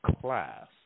class